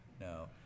no